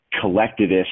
collectivist